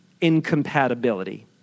incompatibility